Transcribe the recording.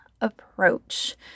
approach